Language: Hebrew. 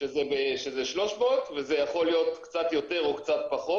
שזה 300 וזה יכול להיות קצת יותר או קצת פחות.